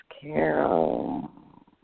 Carol